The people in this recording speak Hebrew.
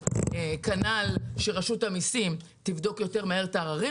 תבואו, תשבו, מי שיצא הלך אחורה בתור.